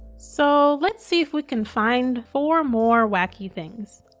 so let's see if we can find four more wacky things.